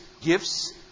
gifts